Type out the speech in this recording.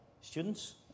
students